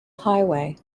highway